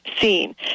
seen